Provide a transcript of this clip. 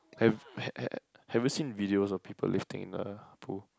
have have have you seen videos of people lifting in the pool